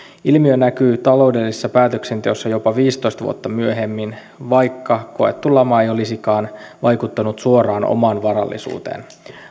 ilmiö näkyy taloudellisessa päätöksenteossa jopa viisitoista vuotta myöhemmin vaikka koettu lama ei olisikaan vaikuttanut suoraan omaan varallisuuteen